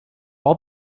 all